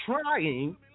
Trying